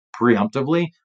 preemptively